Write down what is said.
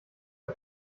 der